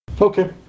Okay